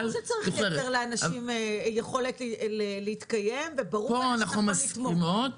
ברור שצריך לאפשר לאנשים יכולת להתקיים וברור שאנחנו נתמוך בזה.